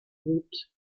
routes